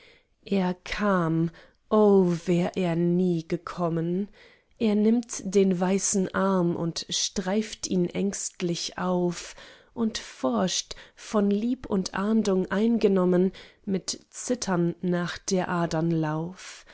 er kam o wär er nie gekommen er nimmt den weißen arm und streift ihn ängstlich auf und forscht von lieb und ahndung eingenommen mit zittern nach der adern lauf